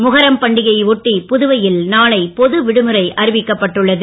முகரம் பண்டிகையை ஒட்டி புதுவை ல் நாளை பொது விடுமுறை அறிவிக்கப்பட்டு உள்ளது